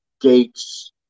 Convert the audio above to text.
Gates